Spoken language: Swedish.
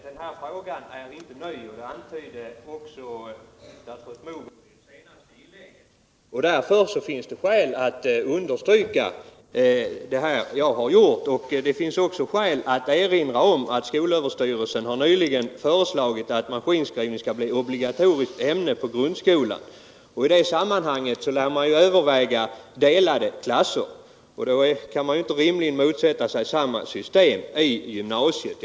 Herr talman! Den här frågan är inte ny, och det antyder också statsrådet Mogård i det senaste inlägget. Därför finns det skäl att understryka vad jag fört fram, och det finns också skäl att erinra om att skolöverstyrelsen nyligen har föreslagit att maskinskrivning skall bli obligatoriskt ämne på grundskolan. I det sammanhanget lär man överväga delade klasser. Då kan man inte rimligen motsätta sig samma system i gymnasiet.